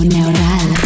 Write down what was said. Neural